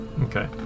Okay